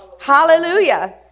Hallelujah